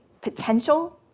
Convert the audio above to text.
potential